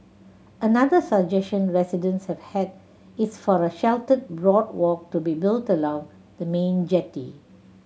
another suggestion residents have had is for a sheltered boardwalk to be built along the main jetty